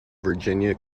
virginia